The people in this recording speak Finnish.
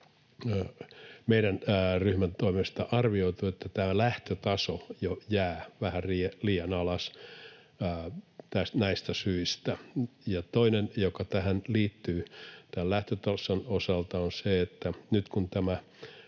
meidän ryhmän toimesta on arvioitu, että tämä lähtötaso jo jää vähän liian alas. Toinen, joka tähän liittyy tämän lähtötason osalta, on se, että nyt kun tämä